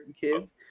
kids